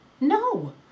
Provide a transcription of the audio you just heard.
No